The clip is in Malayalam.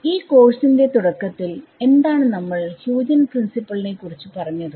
ഈ കോഴ്സ് ന്റെ തുടക്കത്തിൽ എന്താണ് നമ്മൾ ഹ്യൂജെൻസ് പ്രിൻസിപ്പിൾ നെ കുറിച്ച് പറഞ്ഞത്